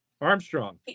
Armstrong